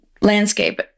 landscape